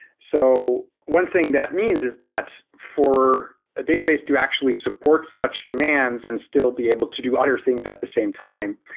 so one thing that means is that for a database to actually support such commands and still be able to do other things at the same time,